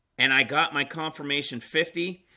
and i got my confirmation fifty